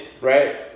right